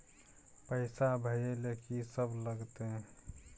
पैसा भेजै ल की सब लगतै?